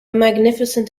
magnificent